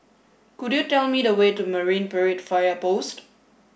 could you tell me the way to Marine Parade Fire Post